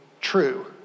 true